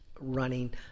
running